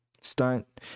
stunt